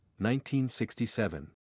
1967